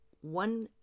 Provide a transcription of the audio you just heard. One